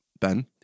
Ben